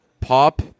Pop